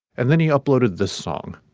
and then he uploaded the song